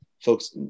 folks